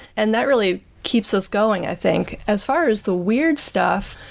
and that really keeps us going, i think. as far as the weird stuff,